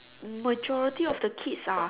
majority of the kids are